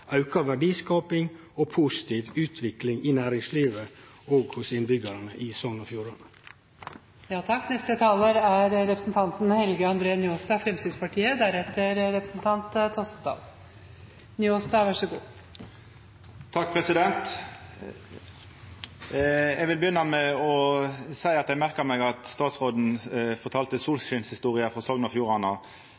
auka verdiskaping og positiv utvikling for næringslivet og innbyggjarane i Sogn og Fjordane. Eg vil begynna med å seia at eg merka meg at statsråden fortalte